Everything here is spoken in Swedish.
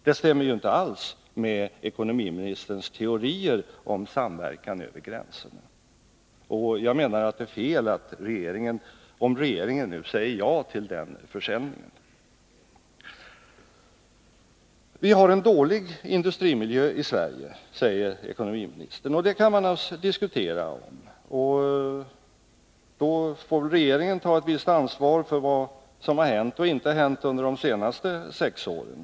Det stämmer ju inte alls med ekonomiministerns teorier om samverkan över gränserna. Jag menar att det är fel om regeringen nu säger ja till den försämringen. Vi har en dålig industrimiljö i Sverige, säger ekonomiministern. Det kan man naturligtvis diskutera. Men då får väl regeringen ta ett visst ansvar för vad som har hänt och inte hänt under de senaste sex åren.